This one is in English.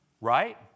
Right